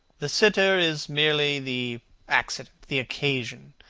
the sitter is merely the accident, the occasion.